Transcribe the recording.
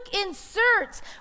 inserts